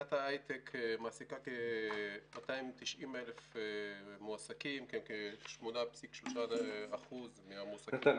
תעשיית ההיי-טק מעסיקה כ-290,000 מועסקים שהם כ-8.3% מכלל המועסקים.